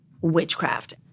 witchcraft